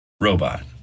robot